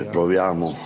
Proviamo